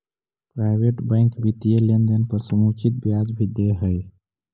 private bank वित्तीय लेनदेन पर समुचित ब्याज भी दे हइ